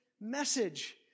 message